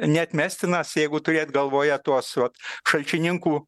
neatmestinas jeigu turėt galvoje tuos vat šalčininkų